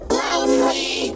lonely